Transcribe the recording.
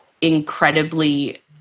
incredibly